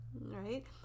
Right